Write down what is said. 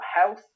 health